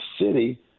city